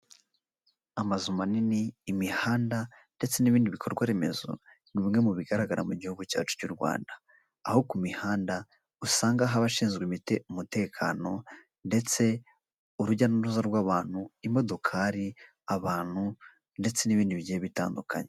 Amazu manini, imihanda ndetse n'ibindi bikorwa remezo ni bimwe mu bigaragara mu gihugu cyacu cy'u Rwanda. Aho ku mihanda usanga abashinzwe umutekano ndetse urujya n'uruza rw'abantu, imodokari ,abantu ndetse n'ibindi bigiye bitandukanye.